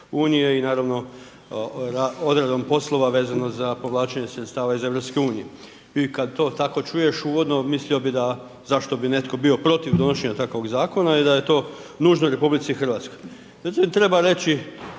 i naravno odredbom polova vezano za povlačenje sredstava iz EU-a. I kad to tako čuješ uvodno, mislio bi da zašto bi netko protiv donošenja takvog zakona i da je to nužno RH. Međutim treba reći